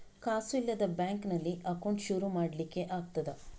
ಕಾಸು ಇಲ್ಲದ ಬ್ಯಾಂಕ್ ನಲ್ಲಿ ಅಕೌಂಟ್ ಶುರು ಮಾಡ್ಲಿಕ್ಕೆ ಆಗ್ತದಾ?